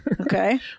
Okay